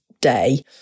day